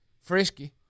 frisky